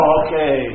okay